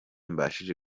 mbashije